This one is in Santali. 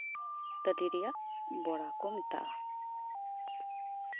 ᱚᱱᱟ ᱫᱚ ᱛᱟᱞᱮ ᱨᱮᱭᱟᱜ ᱵᱚᱲᱟ ᱠᱚ ᱢᱮᱛᱟᱜᱼᱟ